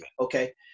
okay